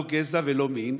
לא גזע ולא מין,